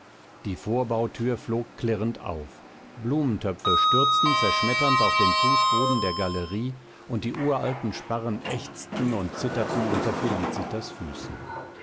die vorbauthür flog klirrend auf blumentöpfe stürzten zerschmetternd auf den fußboden der galerie und die uralten sparren ächzten und zitterten unter felicitas füßen